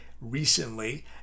recently